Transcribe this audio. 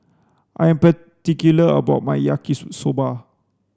I am particular about my Yaki soba